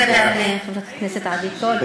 חברת הכנסת עדי קול.